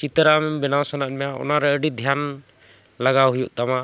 ᱪᱤᱛᱟᱹᱨ ᱟᱢ ᱵᱮᱱᱟᱣ ᱥᱟᱱᱟᱭᱮᱫ ᱢᱮᱭᱟ ᱚᱱᱟᱨᱮ ᱟᱹᱰᱤ ᱫᱷᱮᱭᱟᱱ ᱞᱟᱜᱟᱣ ᱦᱩᱭᱩᱜ ᱛᱟᱢᱟ